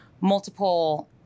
multiple